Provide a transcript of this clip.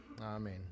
Amen